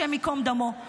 השם ייקום דמו,